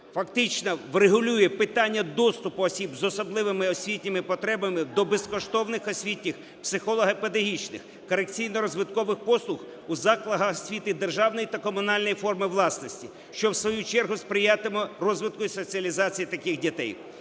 фактично врегульовує питання доступу осіб з особливими освітніми потребами до безкоштовних освітніх, психолого-педагогічних, корекційно-розвиткових послугах у закладах освіти державної та комунальної форми власності, що в свою чергу сприятиме розвитку і соціалізації таких дітей.